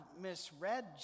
misread